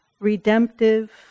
redemptive